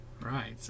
Right